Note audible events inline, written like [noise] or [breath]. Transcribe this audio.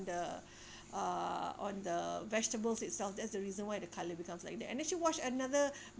the [breath] uh on the vegetables itself that's the reason why the colour becomes like that and then she washed another